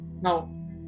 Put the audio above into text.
Now